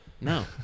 No